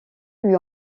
lui